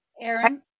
Aaron